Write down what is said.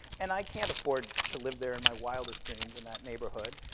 and i can't afford to live there in my wildest dreams, in that neighborhood.